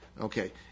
Okay